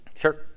Sure